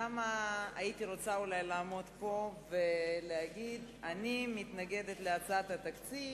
כמה הייתי רוצה אולי לעמוד פה ולהגיד: אני מתנגדת להצעת התקציב